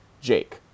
Jake